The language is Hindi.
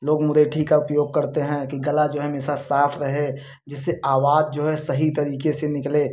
लोग मुरेठी का उपयोग करते हैं कि गला जो है हमेशा साफ रहे जिससे अवाज जो है सही तरीके से निकले